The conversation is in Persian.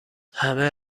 همه